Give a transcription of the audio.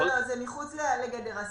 לא, זה מחוץ לגדר הסמכות.